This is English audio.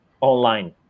online